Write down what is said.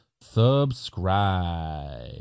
subscribe